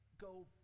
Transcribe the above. go